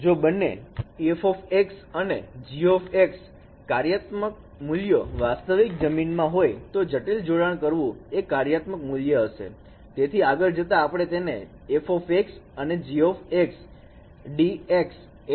જો બંને f અને g કાર્યાત્મક મૂલ્યો વાસ્તવિક જમીનમાં હોય તો જટિલ જોડાણ કરવું એ કાર્યાત્મક મૂલ્ય હશે તેથી આગળ જતા આપણે તેને f g dx એવી રીતે લખી શકીએ છીએ